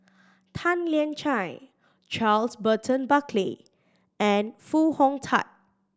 Tan Lian Chye Charles Burton Buckley and Foo Hong Tatt